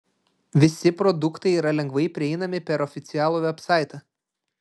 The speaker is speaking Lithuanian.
visi produktai yra lengvai prieinami per oficialų vebsaitą